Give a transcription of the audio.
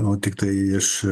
o tiktai iš